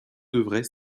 devrait